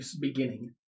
beginning